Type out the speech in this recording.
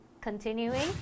continuing